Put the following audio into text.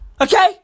Okay